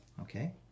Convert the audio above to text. Okay